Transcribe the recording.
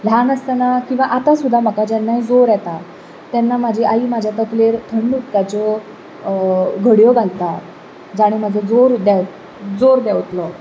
ल्हान आसतना किंवां आता सुद्दां म्हाका जेन्नाय जोर येता तेन्ना म्हाजी आई म्हाज्या तकलेर थंड उदकाच्यो घडयो घालता जाणे म्हजो जोर जोर देंवतलो